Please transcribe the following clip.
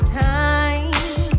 time